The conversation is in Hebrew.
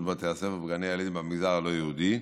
בבתי הספר ובגני הילדים במגזר הלא-יהודי,